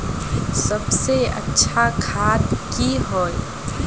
सबसे अच्छा खाद की होय?